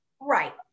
Right